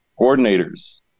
coordinators